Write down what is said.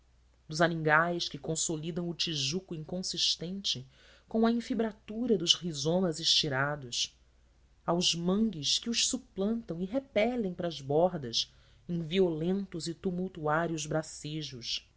dos aningais que consolidam o tijuco inconsistente com a infibratura dos rizomas estirados aos mangues que os suplantam e repelem para as bordas em violentos e tumultuários bracejos aos